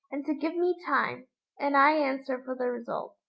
and to give me time and i answer for the result.